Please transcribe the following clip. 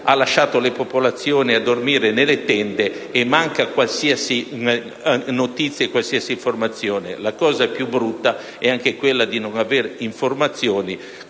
ha lasciato le popolazioni a dormire nelle tende e manca qualsiasi notizia e informazione. La cosa più brutta è quella di non avere informazioni,